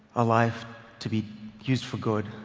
a life to be used for good,